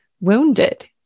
wounded